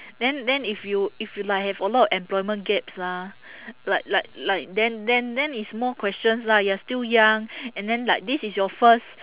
then then if you if you like have a lot employment gaps ah like like like then then then it's more questions lah you're still young and then like this is your first